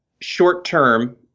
short-term